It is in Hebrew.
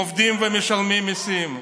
עובדים ומשלמים מיסים,